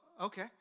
okay